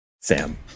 Sam